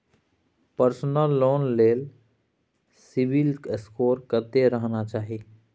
Personal loan ले CIBIL score कत्ते रहना चाही?